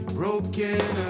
broken